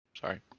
Sorry